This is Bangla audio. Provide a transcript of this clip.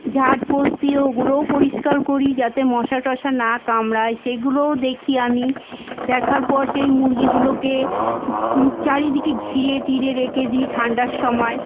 ঝাড়পোঁছ দিয়ে ওগুলোও পরিষ্কার করি যাতে মশা টশা না কামড়ায় সেগুলোও দেখি আমি দেখার পর সেই মুরগিগুলোকে চারিদিকে ঘিরে টিরে রেখে দিই ঠান্ডার সময়